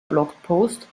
blogpost